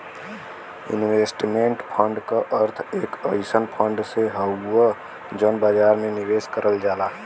investment fund क अर्थ एक अइसन फण्ड से हउवे जौन बाजार में निवेश करल जाला